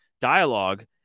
dialogue